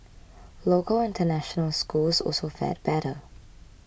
local international schools also fared better